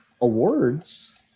awards